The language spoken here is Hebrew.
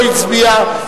אלקין לא הצביע.